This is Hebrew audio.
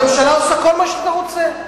הממשלה עושה כל מה שאתה רוצה.